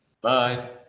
Bye